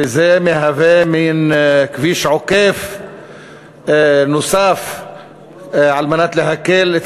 וזה מהווה מעין כביש עוקף נוסף על מנת להקל את